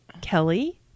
Kelly